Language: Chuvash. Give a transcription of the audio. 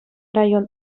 район